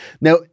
Now